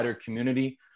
community